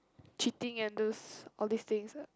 cheating and those all these things ah